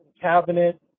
cabinet